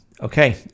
Okay